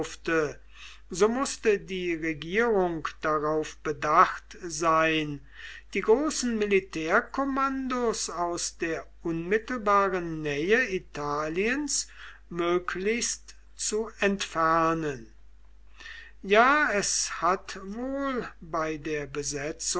so mußte die regierung darauf bedacht sein die großen militärkommandos aus der unmittelbaren nähe italiens möglichst zu entfernen ja es hat wohl bei der